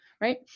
Right